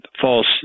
false